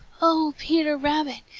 oh, peter rabbit,